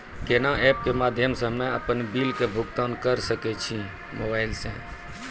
कोना ऐप्स के माध्यम से हम्मे अपन बिल के भुगतान करऽ सके छी मोबाइल से?